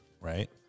Right